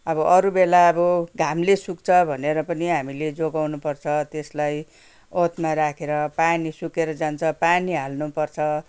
अब अरू बेला अब घामले सुक्छ भनेर पनि हामीले जोगाउनु पर्छ त्यसलाई ओतमा राखेर पानी सुकेर जान्छ पानी हाल्नुपर्छ